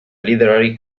literary